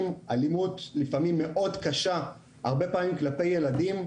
אלימות לפעמים מאוד קשה הרבה פעמים כלפי ילדים,